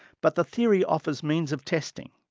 but the theory offers means of testing.